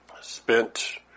spent